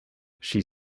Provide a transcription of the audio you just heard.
she